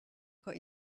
put